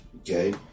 okay